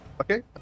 Okay